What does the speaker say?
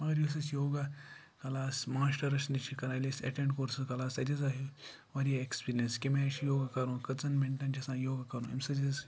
مگر یُس أسۍ یوگا کَلاس ماشٹرَس نِش چھِ کَران ییٚلہِ أسۍ ایٹٮ۪نٛڈ کوٚر سُہ کَلاس تَتہِ ہَسا وارِیاہ ایٚکٕسپیٖریَنٕس کمہِ آیہِ چھِ یوگا کَرُن کٔژَن مِنٹَن چھِ آسان یوگا کَرُن اَمہِ سۭتۍ